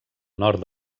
nord